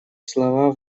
слова